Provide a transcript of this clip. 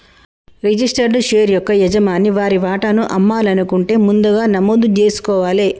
registered share యొక్క యజమాని వారి వాటాను అమ్మాలనుకుంటే ముందుగా నమోదు జేసుకోవాలే